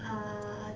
uh